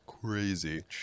crazy